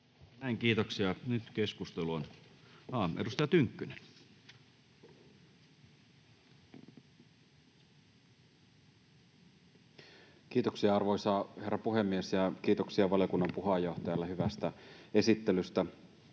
Kiitos. Kiitoksia. — Edustaja Tynkkynen. Kiitoksia, arvoisa herra puhemies! Ja kiitoksia valiokunnan puheenjohtajalle hyvästä esittelystä.